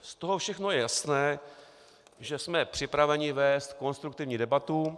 Z toho všeho je jasné, že jsme připraveni vést konstruktivní debatu.